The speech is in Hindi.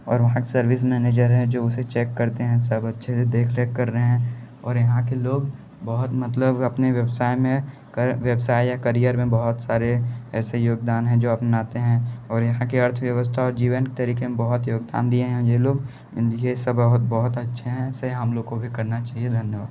और वहाँ के सर्विस मैनेजर हैं जो उसे चेक करते हैं सब अच्छे से देख रेख कर रहे हैं और यहाँ के लोग बहुत मतलब अपनी व्यवसाय में क व्यवसाय या करियर में बहुत सारे ऐसे योगदान हैं जो अपनाते हैं और यहाँ के अर्थव्यवस्था और जीवन तरीक़े में बहुत योगदान दिए हैं और ये लोग यह सब बहुत बहुत अच्छे हैं ऐसे हम लोग को भी करना चाहिए धन्यवाद